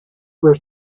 were